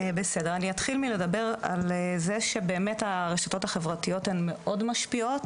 אני אתחיל מלדבר על זה שבאמת הרשתות החברתיות הן מאוד משפיעות,